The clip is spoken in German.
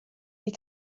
die